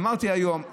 אמרתי היום,